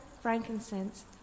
frankincense